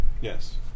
Yes